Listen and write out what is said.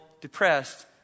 depressed